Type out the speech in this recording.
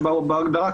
שבהגדרה,